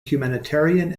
humanitarian